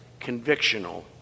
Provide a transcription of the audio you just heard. convictional